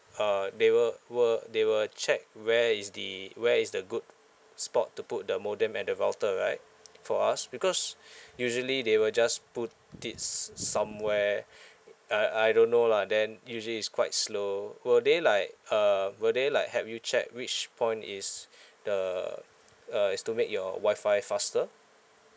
uh they will will they will check where is the where is the good spot to put the modem and the router right for us because usually they will just put it s~ somewhere uh I don't know lah then usually it's quite slow will they like uh will they like help you check which point is the uh is to make your wi-fi faster